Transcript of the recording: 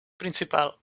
principal